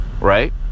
Right